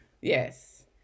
Yes